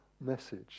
message